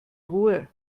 ruhe